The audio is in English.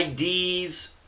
IDs